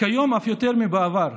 כיום אף יותר מבעבר.